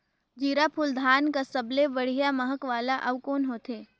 जीराफुल धान कस सबले बढ़िया महक वाला अउ कोन होथै?